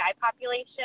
population